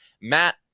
matt